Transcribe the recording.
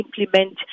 implement